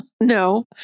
No